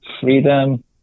freedom